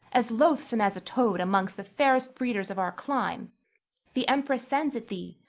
as loathsome as a toad amongst the fair-fac'd breeders of our clime the empress sends it thee,